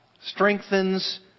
Strengthens